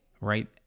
right